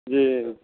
जी